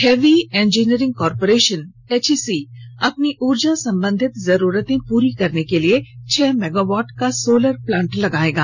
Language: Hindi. हैवी इंजीनियरिंग कॉरपोरेशन एचइसी अपनी उर्जा संबधित जरूरतें पूरी करने के लिए छह मेगावाट का सोलर प्लांट लगाएगा